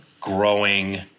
growing